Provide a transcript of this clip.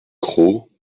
cros